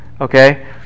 okay